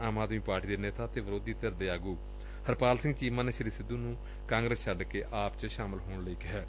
ਆਮ Aadmi party ਦੇ ਨੇਤਾ ਅਤੇ ਵਿਰੋਧੀ ਧਿਰ ਦੇ ਆਗੂ ਹਰਪਾਲ ਸਿੰਘ ਚੀਮਾ ਨੇ ਸ੍ਰੀ ਸਿੱਧੂ ਨੂੰ ਕਾਗਰਸ ਛੱਡ ਆਪ ਚ ਸ਼ਮਾਲ ਹੋਣ ਲਈ ਕਿਹੈ